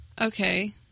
Okay